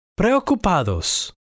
preocupados